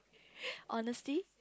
honesty